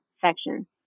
section